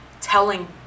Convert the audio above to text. telling